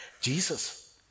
Jesus